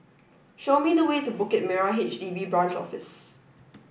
show me the way to Bukit Merah HDB Branch Office